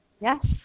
Yes